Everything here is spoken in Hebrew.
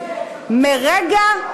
מגלה,